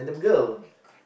[oh]-my-god